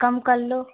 कम कर लो